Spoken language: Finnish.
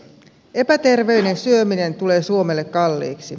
epäterveellinen syöminen tulee suomelle kalliiksi